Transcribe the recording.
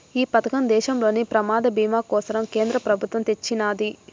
ఈ పదకం దేశంలోని ప్రమాద బీమా కోసరం కేంద్ర పెబుత్వమ్ తెచ్చిన్నాది